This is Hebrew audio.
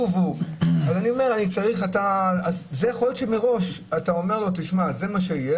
צריך לומר לו מראש שזה מה שיהיה,